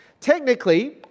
Technically